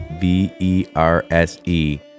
V-E-R-S-E